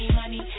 money